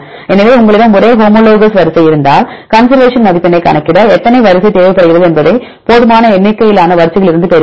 எனவே உங்களிடம் ஒரே ஹோமோ லோகஸ் வரிசைகள் இருந்தால் கன்சர்வேஷன் மதிப்பெண்ணைக் கணக்கிட எத்தனை வரிசை தேவைப்படுகிறது என்பதைப் போதுமான எண்ணிக்கையிலான வரிசைகளில் இருந்து பெறுவீர்கள்